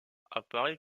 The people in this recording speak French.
apparaît